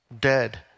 dead